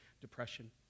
depression